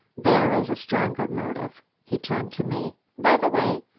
there is a stronger motive. he turned to me. by the way,